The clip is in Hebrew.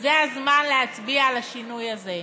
זה הזמן להצביע על השינוי הזה.